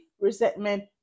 resentment